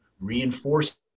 reinforce